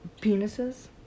penises